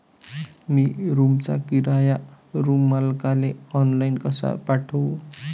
मी रूमचा किराया रूम मालकाले ऑनलाईन कसा पाठवू?